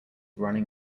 running